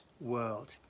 world